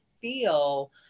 feel